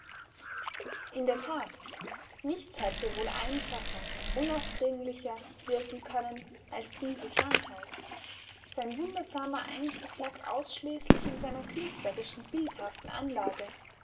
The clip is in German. in der tat nichts hätte wohl einfacher unaufdringlicher wirken können als dieses landhaus sein wundersamer eindruck lag ausschließlich in seiner künstlerischen bildhaften anlage